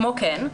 כמו כן,